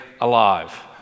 alive